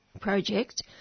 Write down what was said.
project